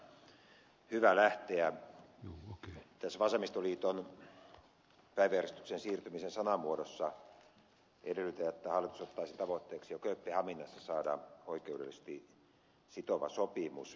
tässä vasemmistoliiton päiväjärjestykseen siirtymisen sanamuodossa edellytetään että hallitus ottaisi tavoitteeksi jo kööpenhaminassa saada oikeudellisesti sitovan sopimuksen